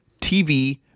TV